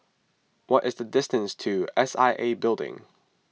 what is the distance to S I A Building